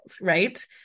right